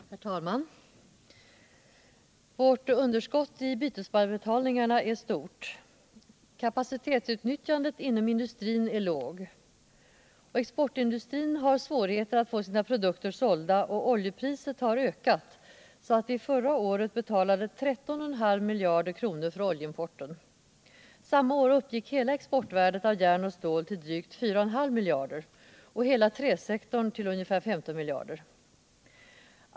Herr talman! Vårt underskott i bytesbalansen är stort. Kapacitetsutnyttjandet inom industrin är lågt. Exportindustrin har svårigheter att få sina produkter sålda, och oljepriset har ökat så att vi förra året betalade 13,5 miljarder kronor för oljeimporten. Samma år uppgick hela exportvärdet av järn och stål till drygt 4,5 miljarder och exportvärdet för hela träsektorn till ungefär 15 miljarder.